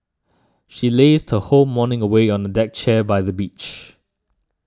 she lazed whole morning away on a deck chair by the beach